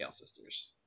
sisters